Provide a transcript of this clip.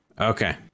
Okay